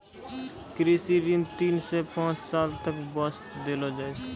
कृषि ऋण तीन सॅ पांच साल तक वास्तॅ देलो जाय छै